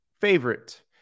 favorite